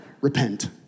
Repent